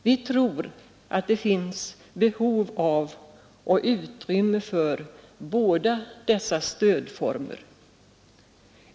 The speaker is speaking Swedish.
Vi tror att det finns behov av och utrymme för båda dessa stödformer.